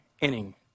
inning